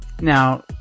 Now